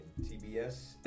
TBS